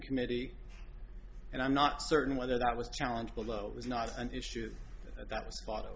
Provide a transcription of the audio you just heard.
committee and i'm not certain whether that was a challenge below was not an issue that bought a